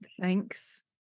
thanks